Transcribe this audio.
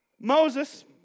Moses